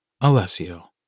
Alessio